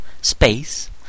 space